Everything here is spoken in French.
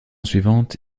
suivante